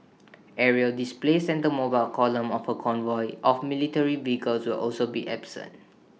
aerial displays and the mobile column of A convoy of military vehicles will also be absent